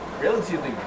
relatively